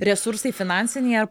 resursai finansiniai ar